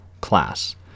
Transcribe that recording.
class